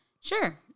sure